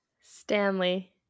Stanley